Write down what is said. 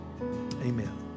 Amen